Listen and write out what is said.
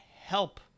help